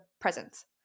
presence